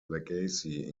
legacy